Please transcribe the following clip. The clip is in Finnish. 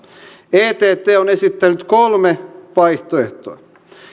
ett ett on esittänyt kolme vaihtoehtoa